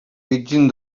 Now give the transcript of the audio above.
pidgin